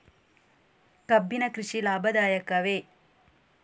ಕಬ್ಬಿನ ಕೃಷಿ ಲಾಭದಾಯಕವೇ?